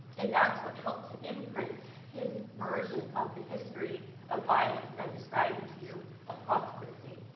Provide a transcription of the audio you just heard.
and that's what helped to imprint his version of the history of violence that i'm describing to you across the state.